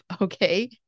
Okay